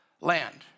land